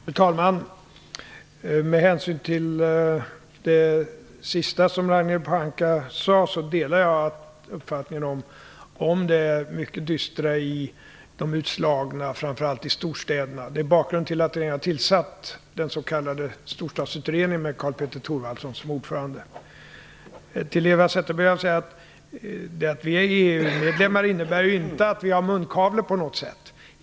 Fru talman! Med anledning av det sista som Ragnhild Pohanka sade vill jag framhålla att jag delar uppfattningen att det är dystert med de utslagna som vi har, framför allt i storstäderna. Det är bakgrunden till att regeringen har tillsatt den s.k. Storstadsutredningen med Karl-Petter Thorwaldsson som ordförande. Till Eva Zetterberg vill jag säga att det faktum att vi är EU-medlemmar inte innebär att vi har munkavle på något sätt.